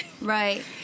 Right